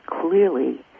clearly